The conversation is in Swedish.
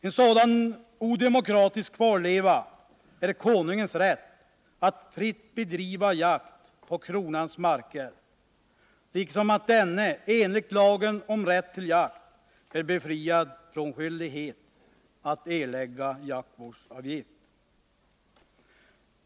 En sådan odemokratisk kvarleva är konungens rätt att fritt bedriva jakt på kronans marker liksom att denne enligt lagen om rätt till jakt är befriad från skyldighet att erlägga jaktvårdsavgift.